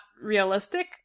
realistic